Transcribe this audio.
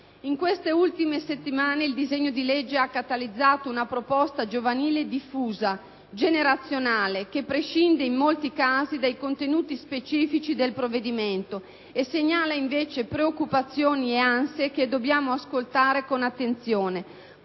In queste ultime settimane il disegno di legge ha catalizzato una protesta giovanile diffusa, generazionale, che prescinde in molti casi dai contenuti specifici del provvedimento e segnala invece preoccupazioni e ansie che dobbiamo ascoltare con attenzione,